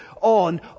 on